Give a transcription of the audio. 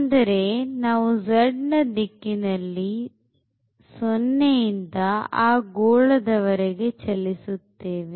ಅಂದರೆ ನಾವು z ನ ದಿಕ್ಕಿನಲ್ಲಿ 0 ಇಂದ ಆ ಗೋಳದ ವರೆಗೆ ಚಲಿಸುತ್ತೇವೆ